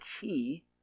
key